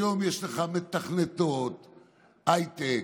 היום יש לך מתכנתות, הייטק,